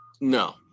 No